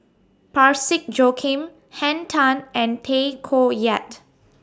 Parsick Joaquim Henn Tan and Tay Koh Yat